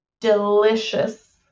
delicious